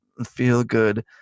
feel-good